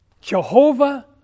Jehovah